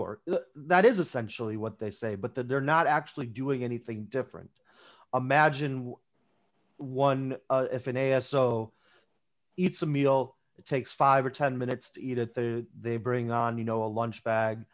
work that is essentially what they say but that they're not actually doing anything different imagine one if an a s o it's a meal it takes five or ten minutes to eat at the they bring on you know a lunch bag